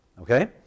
okay